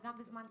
גם בזמן קצר,